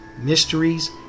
mysteries